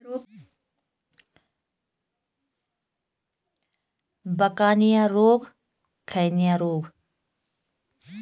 धान की फसल में कौन कौन सी बीमारियां लगती हैं?